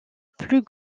plus